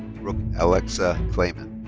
brooke alexa klaiman.